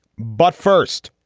but first,